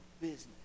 business